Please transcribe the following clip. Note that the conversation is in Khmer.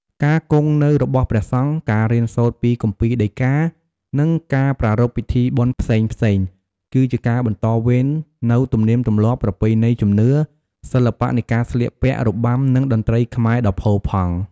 ការគង់នៅរបស់ព្រះសង្ឃ ការរៀនសូត្រពីគម្ពីរដីកា និងការប្រារព្ធពិធីបុណ្យផ្សេងៗ គឺជាការបន្តវេននូវទំនៀមទម្លាប់ ប្រពៃណី ជំនឿ សិល្បៈនៃការស្លៀកពាក់ របាំ និងតន្ត្រីខ្មែរដ៏ផូរផង់។